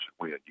win